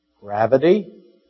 Gravity